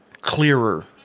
clearer